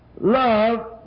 Love